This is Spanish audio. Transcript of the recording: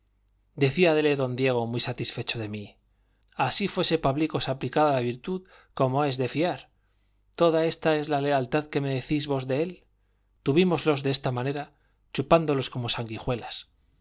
bien decíale don diego muy satisfecho de mí así fuese pablicos aplicado a virtud como es de fiar toda esta es la lealtad que me decís vos de él tuvímoslos de esta manera chupándolos como sanguijuelas